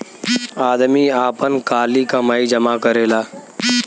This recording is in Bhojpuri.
आदमी आपन काली कमाई जमा करेला